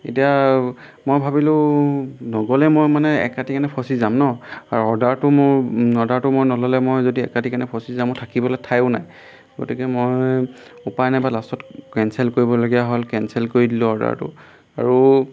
এতিয়া মই ভাবিলোঁ নগ'লে মই মানে এক ৰাতিৰ কাৰণে ফচি যাম ন আৰু অৰ্ডাৰটো মোৰ অৰ্ডাৰটো মই নল'লে মই যদি এক ৰাতিৰ কাৰণে ফচি যাম মোৰ থাকিবলৈ ঠায়ো নাই গতিকে মই উপায় নাপায় লাষ্টত কেনচেল কৰিবলগীয়া হ'ল কেনচেল কৰি দিলোঁ অৰ্ডাৰটো আৰু